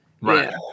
Right